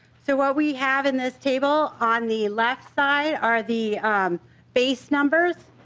so while we have in this table on the left side are the basic numbers.